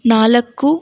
ನಾಲ್ಕು